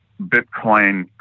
Bitcoin